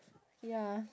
ya